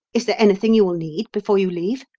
is there anything you will need before you leave?